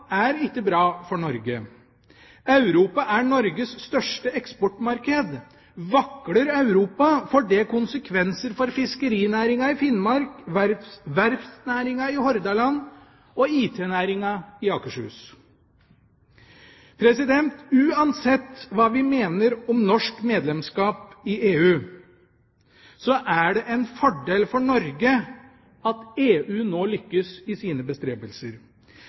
er ikke bra for Norge. Europa er Norges største eksportmarked. Vakler Europa, får det konsekvenser for fiskerinæringa i Finnmark, verftsnæringa i Hordaland og IT-næringa i Akershus. Uansett hva vi mener om norsk medlemskap i EU, er det en fordel for Norge at EU nå lykkes i sine bestrebelser.